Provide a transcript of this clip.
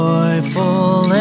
Joyful